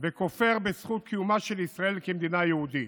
וכופר בזכות קיומה של מדינת ישראל כמדינה יהודית.